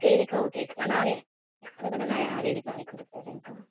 சரிக்கா ஓகே அக்கா நாளைக்கு வந்துக்கூட நான் ரெடி பண்ணி கொடுத்துர்றேன்க்கா